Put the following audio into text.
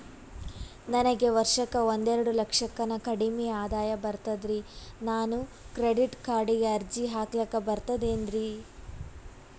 ನನಗ ವರ್ಷಕ್ಕ ಒಂದೆರಡು ಲಕ್ಷಕ್ಕನ ಕಡಿಮಿ ಆದಾಯ ಬರ್ತದ್ರಿ ನಾನು ಕ್ರೆಡಿಟ್ ಕಾರ್ಡೀಗ ಅರ್ಜಿ ಹಾಕ್ಲಕ ಬರ್ತದೇನ್ರಿ?